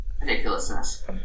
ridiculousness